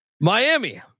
Miami